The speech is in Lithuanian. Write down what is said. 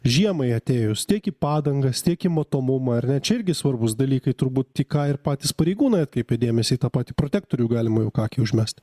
žiemai atėjus tiek į padangas tiek į matomumą na čia irgi svarbūs dalykai turbūt į ką ir patys pareigūnai atkreipė dėmesį į tą patį protektorių galima juk akį užmest